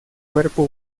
cuerpo